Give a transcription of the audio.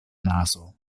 nazo